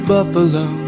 Buffalo